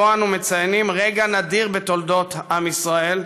שבו אנו מציינים רגע נדיר בתולדות עם ישראל,